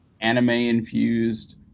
anime-infused